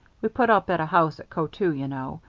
we put up at a house at coteau, you know.